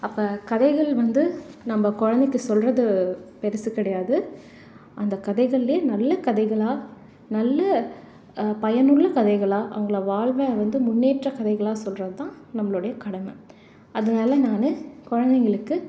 அப்போ கதைகள் வந்து நம்ம குழந்தைக்கு சொல்கிறது பெருசு கிடையாது அந்த கதைகளில் நல்ல கதைகளாக நல்ல பயனுள்ள கதைகளாக அவங்களை வாழ்வை வந்து முன்னேற்ற கதைகளாக சொல்கிறது தான் நம்மளோடைய கடமை அதனால நான் குழந்தைங்களுக்கு